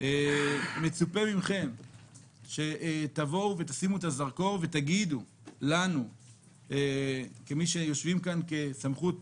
מצופה מכם שתשימו את הזרקור ותגידו לנו כמי שיושבים כאן כסמכות